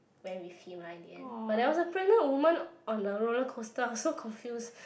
went with him lah in the end but there was a pregnant woman on a roller coaster I was so confused